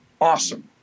awesome